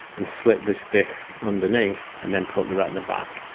and slip this disc underneath and then put the retina back.